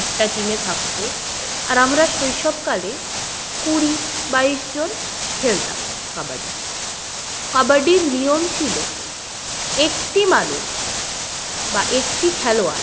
একটা টিমে থাকতো আর আমরা শৈশবকালে কুড়ি বাইশ জন খেলতাম কাবাডি কাবাডির নিয়ম ছিলো একটি মানুষ বা একটি খেলোয়াড়